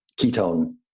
ketone